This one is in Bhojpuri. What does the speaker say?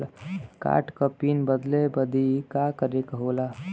कार्ड क पिन बदले बदी का करे के होला?